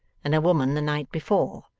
and a woman the night before,